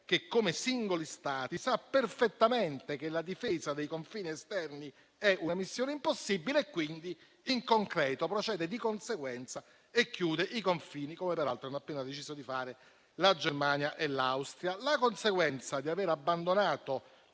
che come singoli Stati, sa perfettamente che la difesa dei confini esterni è una missione impossibile; quindi, in concreto procede di conseguenza e chiude i confini, come peraltro hanno appena deciso di fare la Germania e l'Austria. La conseguenza di aver abbandonato